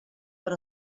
per